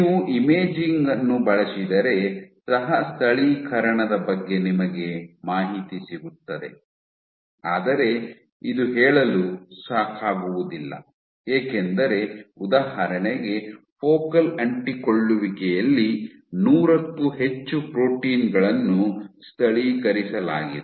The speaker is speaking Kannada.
ನೀವು ಇಮೇಜಿಂಗ್ ಅನ್ನು ಬಳಸಿದರೆ ಸಹ ಸ್ಥಳೀಕರಣದ ಬಗ್ಗೆ ನಿಮಗೆ ಮಾಹಿತಿ ಸಿಗುತ್ತದೆ ಆದರೆ ಇದು ಹೇಳಲು ಸಾಕಾಗುವುದಿಲ್ಲ ಏಕೆಂದರೆ ಉದಾಹರಣೆಗೆ ಫೋಕಲ್ ಅಂಟಿಕೊಳ್ಳುವಿಕೆಯಲ್ಲಿ ನೂರಕ್ಕೂ ಹೆಚ್ಚು ಪ್ರೋಟೀನ್ ಗಳನ್ನು ಸ್ಥಳೀಕರಿಸಲಾಗಿದೆ